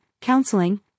counseling